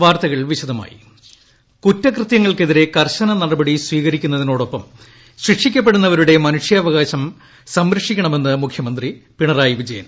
ട്ടടടടടടടടടടടടടട jail ഇൻട്രോ കുറ്റകൃത്യങ്ങൾക്കെതിരെ കർശന നടപടി സ്വീകരിക്കുന്നതിനോടൊപ്പം ശിക്ഷിക്കപ്പെടുന്നവരുടെ മനുഷ്യാവകാശം സംരക്ഷിക്കണമെന്ന് മുഖ്യമന്ത്രി പിണറായി വിജയൻ